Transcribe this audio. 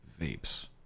vapes